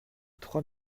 trois